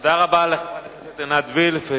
תודה רבה לחברת הכנסת עינת וילף.